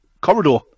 corridor